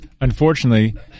Unfortunately